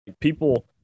people